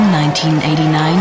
1989